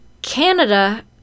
Canada